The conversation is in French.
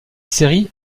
série